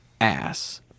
ass